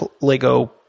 Lego